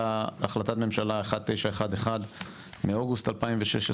החלטת ממשלה 1911 מאוגוסט 2016,